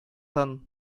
тын